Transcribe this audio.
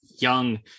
young